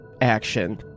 action